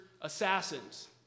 assassins